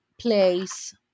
place